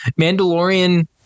Mandalorian